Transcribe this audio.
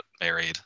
married